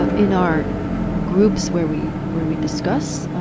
but in our groups where we where we discuss,